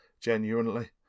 Genuinely